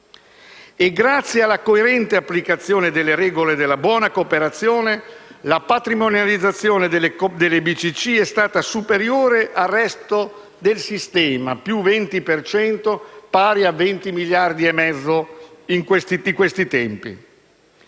Grazie alla coerente applicazione delle regole della buona cooperazione, la patrimonializzazione delle BCC è stata superiore al resto del sistema: più 20 per cento, pari a 20,5 miliardi di questi tempi.